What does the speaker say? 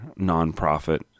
nonprofit